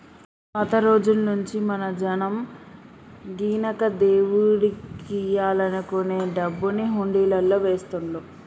పాత రోజుల్నుంచీ మన జనం గినక దేవుడికియ్యాలనుకునే డబ్బుని హుండీలల్లో వేస్తుళ్ళు